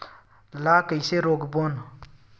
ला कइसे रोक बोन?